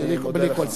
בלי כל ספק.